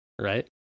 Right